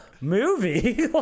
movie